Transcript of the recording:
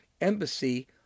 embassy